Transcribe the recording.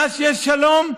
מאז שיש שלום,